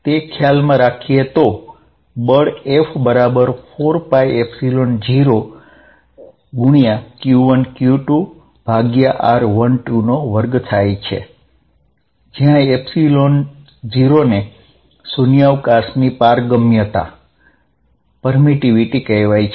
તે ખ્યાલમાં રાખીએ તો |F| 14π0q1q2r12 2હશે જ્યાં 0 એપ્સીલોન ઝીરો ને શુન્યાવકાશની પારગમ્યતા કહેવાય છે